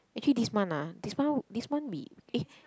actually this month ah this month this month we eh